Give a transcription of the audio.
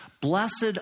Blessed